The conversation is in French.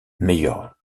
meilleur